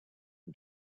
and